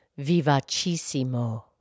vivacissimo